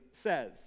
says